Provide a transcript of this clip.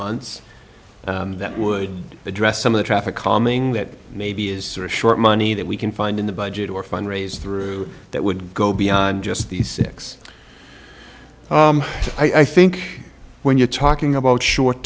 months that would address some of the traffic calming that maybe is sort of short money that we can find in the budget or fund raise through that would go beyond just the six i think when you're talking about short